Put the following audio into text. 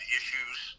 issues